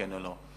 כן או לא.